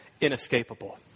inescapable